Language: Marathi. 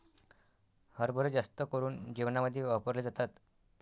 हरभरे जास्त करून जेवणामध्ये वापरले जातात